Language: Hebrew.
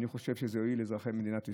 אני חושב שזה יועיל לאזרחי מדינת ישראל.